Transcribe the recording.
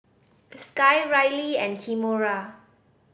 Sky Rylie and Kimora